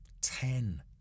Ten